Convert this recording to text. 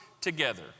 together